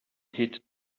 hit